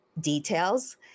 details